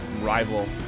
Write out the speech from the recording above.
rival